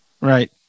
Right